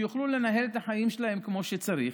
שיוכלו לנהל את החיים שלהם כמו שצריך,